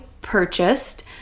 purchased